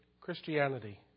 Christianity